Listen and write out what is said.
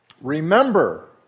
Remember